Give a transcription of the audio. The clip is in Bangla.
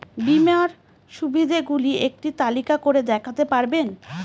বীমার সুবিধে গুলি একটি তালিকা করে দেখাতে পারবেন?